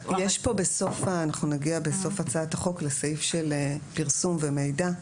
בסוף הצעת החוק אנחנו נגיע לסעיף של פרסום ומידע,